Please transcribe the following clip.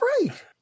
right